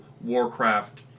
Warcraft